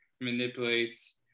manipulates